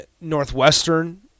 Northwestern